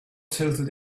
tilted